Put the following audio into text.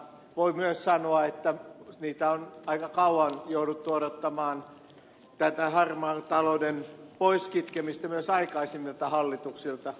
voi myös sanoa että on aika kauan jouduttu odottamaan tätä harmaan talouden poiskitkemistä myös aikaisemmilta hallituksilta